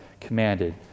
commanded